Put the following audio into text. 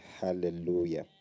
Hallelujah